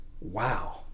wow